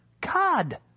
God